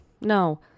no